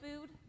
food